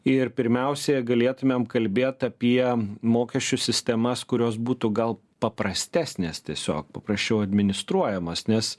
ir pirmiausia galėtumėmem kalbėt apie mokesčių sistemas kurios būtų gal paprastesnės tiesiog paprasčiau administruojamos nes